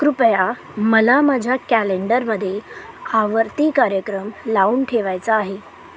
कृपया मला माझ्या कॅलेंडरमध्ये आवर्ती कार्यक्रम लावून ठेवायचा आहे